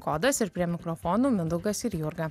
kodas ir prie mikrofonų mindaugas ir jurga